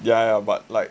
ya but but like